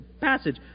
passage